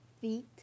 Feet